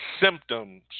symptoms